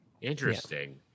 Interesting